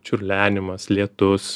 čiurlenimas lietus